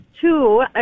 two